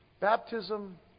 baptism